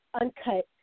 uncut